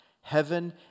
heaven